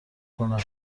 کنم